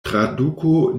traduko